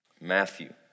Matthew